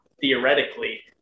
theoretically